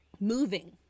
moving